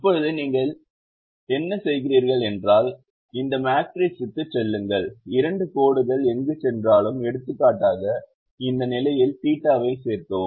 இப்போது நீங்கள் என்ன செய்கிறீர்கள் என்றால் இந்த மேட்ரிக்ஸுக்குச் செல்லுங்கள் இரண்டு கோடுகள் எங்கு சென்றாலும் எடுத்துக்காட்டாக இந்த நிலையில் θ வை சேர்க்கவும்